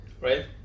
right